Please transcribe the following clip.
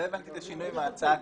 לא הבנתי את השינוי מההצעה הקיימת,